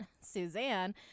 Suzanne